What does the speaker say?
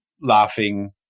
laughing